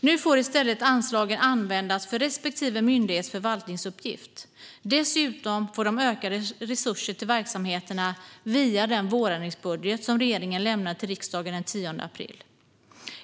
Nu får i stället anslagen användas för respektive myndighets förvaltningsuppgift. Dessutom får de ökade resurser till verksamheterna via den vårändringsbudget som regeringen lämnade till riksdagen den 10 april.